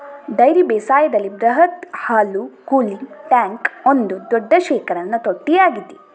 dairy ಬೇಸಾಯದಲ್ಲಿ ಬೃಹತ್ ಹಾಲು ಕೂಲಿಂಗ್ ಟ್ಯಾಂಕ್ ಒಂದು ದೊಡ್ಡ ಶೇಖರಣಾ ತೊಟ್ಟಿಯಾಗಿದೆ